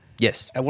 Yes